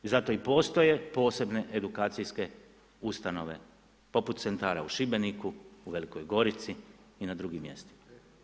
Zato i postoje posebne edukacijske ustanove poput centara u Šibeniku, u Velikoj Gorici i na drugim mjestima.